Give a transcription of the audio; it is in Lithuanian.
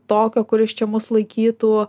tokio kuris čia mus laikytų